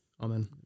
Amen